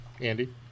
Andy